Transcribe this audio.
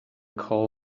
call